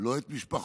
לא את משפחותיהם,